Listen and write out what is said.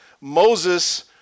Moses